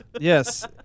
Yes